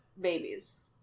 babies